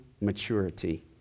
maturity